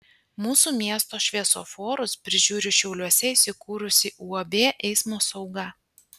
mūsų miesto šviesoforus prižiūri šiauliuose įsikūrusi uab eismo sauga